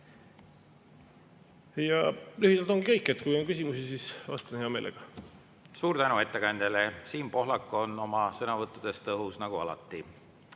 Lühidalt ongi kõik. Kui on küsimusi, siis vastan hea meelega. Suur tänu ettekandjale! Siim Pohlak on oma sõnavõttudes tõhus nagu alati.